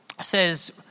says